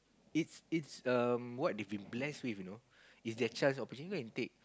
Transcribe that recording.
it's it's um they've been blessed with you know it's their child's opportunity they go and take